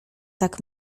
tak